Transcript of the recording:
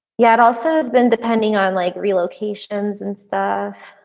yeah but also has been ending on like relocations and stuff.